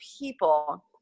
people